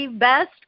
best